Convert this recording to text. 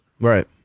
Right